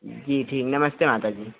जी ठीक नमस्ते माता जी